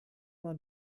man